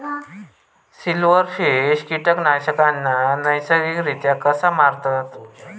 Silverfish कीटकांना नैसर्गिकरित्या कसा मारतत?